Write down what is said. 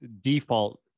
default